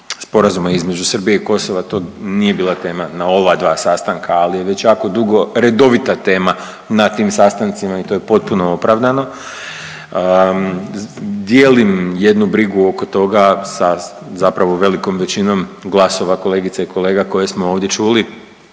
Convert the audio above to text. sporazuma između Srbije i Kosova to nije bila tema na ova dva sastanka, ali je već jako dugo redovita tema na tim sastancima i to je potpuno opravdano. Dijelim jednu brigu oko toga sa zapravo velikom većinom glasova kolegice i kolega koje smo ovdje čuli